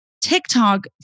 TikTok